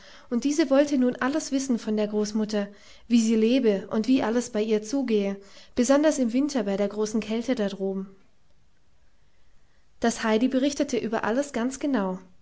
und diese wollte nun alles wissen von der großmutter wie sie lebe und wie alles bei ihr zugehe besonders im winter bei der großen kälte da droben das heidi berichtete über alles ganz genau